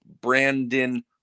brandon